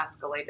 escalated